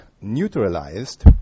neutralized